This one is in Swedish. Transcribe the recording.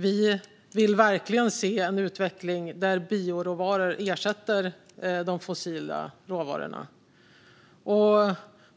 Vi vill verkligen se en utveckling där bioråvaror ersätter de fossila råvarorna, och